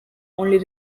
only